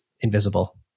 invisible